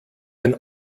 ein